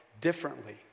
differently